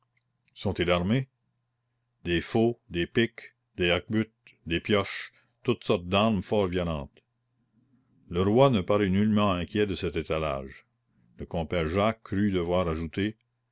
armés des faulx des piques des hacquebutes des pioches toutes sortes d'armes fort violentes le roi ne parut nullement inquiet de cet étalage le compère jacques crut devoir ajouter